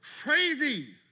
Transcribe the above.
crazy